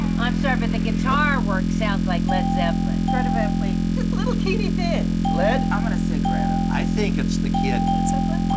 i'm sorry, but the guitar work sounds like led zeppelin. greta kind of van fleet. just little teeny things. led? i'm gonna say greta. i think it's the kid. led zeppelin?